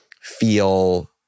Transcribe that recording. feel